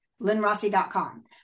lynnrossi.com